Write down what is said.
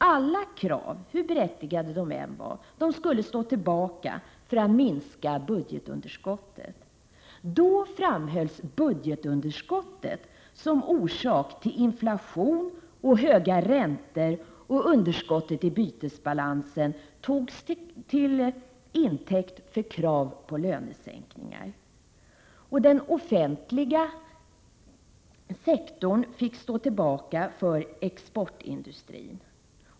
Alla krav, hur berättigade de än var, skulle stå tillbaka för att man skulle minska budgetunderskottet. Då framhölls budgetunderskottet som orsaken till inflation och höga räntor, och underskottet i bytesbalansen togs till intäkt för krav på lönesänkningar. Den offentliga sektorn fick stå tillbaka för exportindustrin.